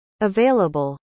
available